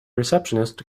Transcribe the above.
receptionist